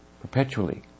perpetually